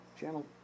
Channel